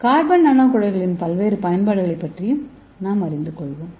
carbon நானோகுழாய்களின் பல்வேறு பயன்பாடுகளைப் பற்றியும் அறிந்து கொள்வோம்